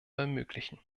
ermöglichen